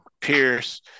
Pierce